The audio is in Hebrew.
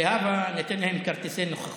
להבא ניתן להם כרטיסי נוכחות.